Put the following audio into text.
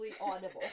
audible